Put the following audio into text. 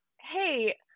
Hey